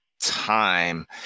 time